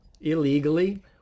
illegally